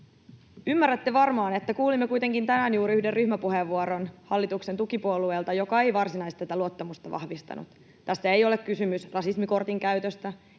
Ymmärrätte varmaan, että kuulimme kuitenkin tänään juuri yhden ryhmäpuheenvuoron hallituksen tukipuolueelta, joka ei varsinaisesti tätä luottamusta vahvistanut. Tässä ei ole kysymys rasismikortin käytöstä,